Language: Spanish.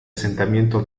asentamiento